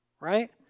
right